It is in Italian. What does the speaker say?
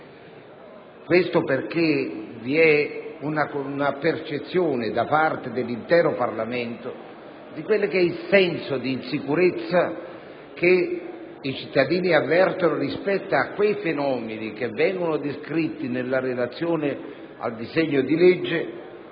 Vi è infatti una percezione, da parte dell'intero Parlamento, del senso di insicurezza che i cittadini avvertono rispetto a quei fenomeni che vengono descritti nella relazione al disegno di legge